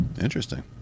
Interesting